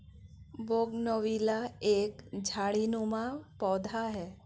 bougainvillea एक झाड़ीनुमा पौधा है